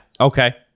Okay